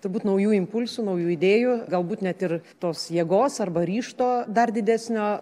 turbūt naujų impulsų naujų idėjų galbūt net ir tos jėgos arba ryžto dar didesnio